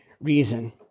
reason